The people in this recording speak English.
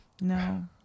No